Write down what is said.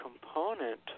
component